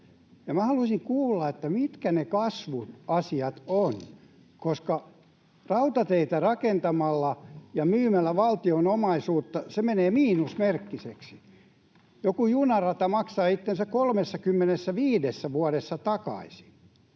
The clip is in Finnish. haluaisin kuulla, mitkä ne kasvuasiat ovat, koska rautateitä rakentamalla ja myymällä valtion omaisuutta se menee miinusmerkkiseksi. Joku junarata maksaa itsensä 35 vuodessa takaisin.